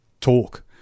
talk